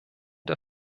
der